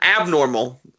abnormal